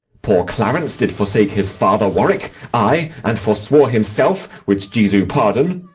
poor clarence did forsake his father, warwick ay, and forswore himself which jesu pardon